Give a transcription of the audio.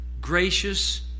gracious